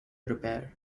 repair